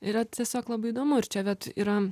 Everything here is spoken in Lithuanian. yra tiesiog labai įdomu ir čia vat yra